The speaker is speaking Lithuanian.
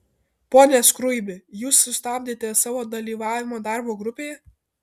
pone skruibi jūs sustabdėte savo dalyvavimą darbo grupėje